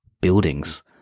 buildings